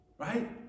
Right